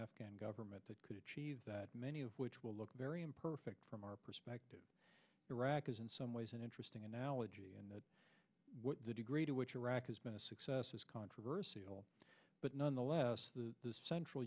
afghan government that could achieve that many of which will look very imperfect from our perspective iraq is in some ways an interesting analogy and what the degree to which iraq has been a success is controversy but nonetheless the central